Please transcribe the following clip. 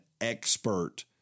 expert